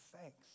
thanks